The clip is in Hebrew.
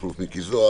מכלוף מיקי זוהר,